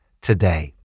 today